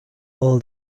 all